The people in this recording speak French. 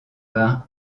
par